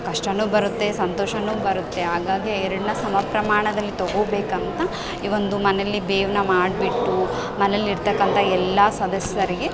ಕಷ್ಟ ಬರುತ್ತೆ ಸಂತೋಷ ಬರುತ್ತೆ ಹಾಗಾಗಿ ಎರೆಡನ್ನು ಸಮ ಪ್ರಮಾಣದಲ್ಲಿ ತಗೋ ಬೇಕಂತ ಈ ಒಂದು ಮನೇಲಿ ಬೇವನ್ನ ಮಾಡಿಬಿಟ್ಟು ಮನೇಲಿ ಇರ್ತಕ್ಕಂಥ ಎಲ್ಲ ಸದಸ್ಯರಿಗೆ